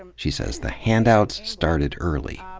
and she says the handouts started early,